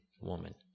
woman